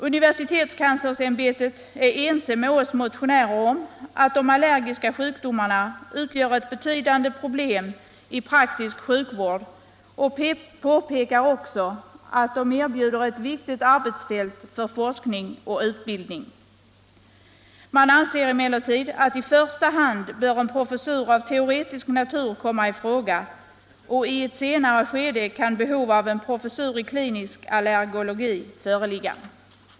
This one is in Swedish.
Universitetskanslersämbetet är ense med oss motionärer om att de allergiska sjukdomarna utgör ett betydande problem i praktisk sjukvård och påpekar också att de sjukdomarna erbjuder ett viktigt arbetsfält för forskning och utbildning. Man anser dock att en professur av teoretisk natur i första hand bör komma i fråga, och i ett senare skede kan behov av en professur i klinisk allergologi föreligga.